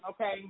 okay